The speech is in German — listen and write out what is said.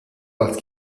als